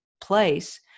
place